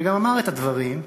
וגם אמר את הדברים,